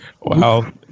wow